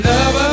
Love